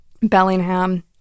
Bellingham